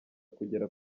kugera